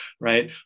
right